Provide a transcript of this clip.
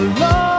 love